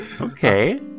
Okay